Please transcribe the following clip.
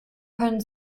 können